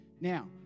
Now